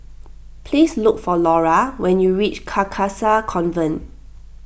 please look for Laura when you reach Carcasa Convent